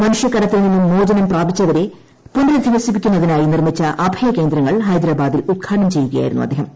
മനുഷ്യകടത്തിൽ നിന്നും മോചനം പ്രാപിച്ചവരെ പുനരധിവസിപ്പിക്കുന്നതിനായ് നിർമ്മിച്ച അഭയകേന്ദ്രങ്ങൾ ഹൈദരാബാദിൽ ഉദ്ഘാടനം ചെയ്യുകയായിരുന്നു അദ്ദേഹം